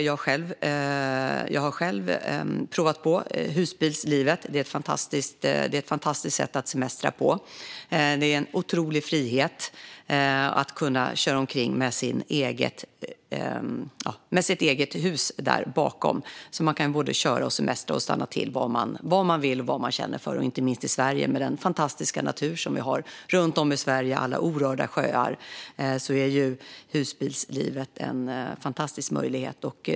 Jag har själv provat på husbilslivet. Det är ett fantastiskt sätt att semestra på. Det är en otrolig frihet att kunna köra omkring med sitt eget hus. Man kan både köra och semestra, och man kan stanna till var man vill, inte minst i Sverige. Med tanke på den fantastiska natur och alla orörda sjöar som vi har runt om i Sverige är husbilslivet en fantastisk möjlighet.